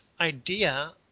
idea